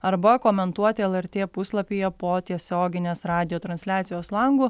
arba komentuoti lrt puslapyje po tiesioginės radijo transliacijos langu